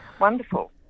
wonderful